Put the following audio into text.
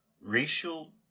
racial